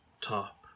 top